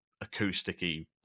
acoustic-y